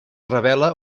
revela